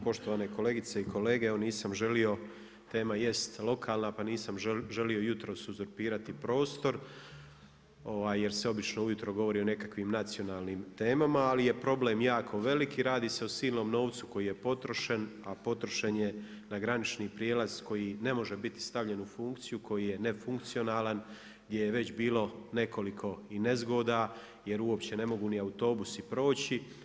Poštovane kolegice i kolege, nisam želio, tema jest lokalna, pa nisam želio jutros uzurpirati prostor jer se obično ujutro govorio o nekakvim nacionalnim temama, ali je problem jako velik i radi se o silnom novcu koji je potrošen a potrošen je na granični prijelaz koji ne može biti stavljen u funkciju koji je nefunkcionalan, gdje već bilo i nekoliko nezgoda jer uopće ne mogu ni autobusi proći.